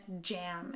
jam